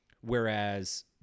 Whereas